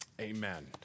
Amen